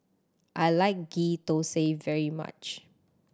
I like Ghee Thosai very much